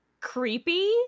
creepy